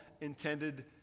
intended